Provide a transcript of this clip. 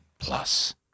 Plus